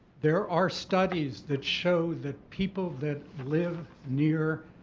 there are studies that show that people that live near